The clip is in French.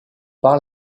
par